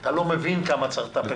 אתה לא מבין כמה צריך לטפל בזה.